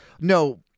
No